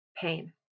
pain